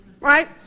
right